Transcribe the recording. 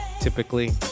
Typically